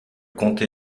comté